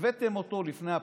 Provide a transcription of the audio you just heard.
והבאתם אותו לפני הבחירות.